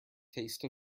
taste